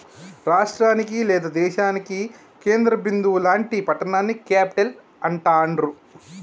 రాష్టానికి లేదా దేశానికి కేంద్ర బిందువు లాంటి పట్టణాన్ని క్యేపిటల్ అంటాండ్రు